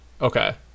Okay